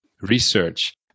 research